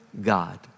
God